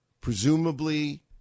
presumably